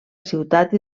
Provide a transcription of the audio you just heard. ciutat